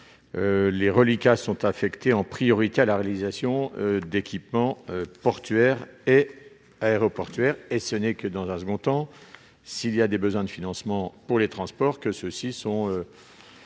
les reliquats sont affectés en priorité à la réalisation d'équipements portuaires et aéroportuaires. Ce n'est que dans un second temps, s'il y a des besoins de financement pour les transports, qu'on